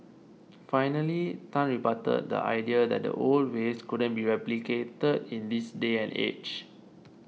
finally Tan rebutted the idea that the old ways couldn't be replicated in this day and age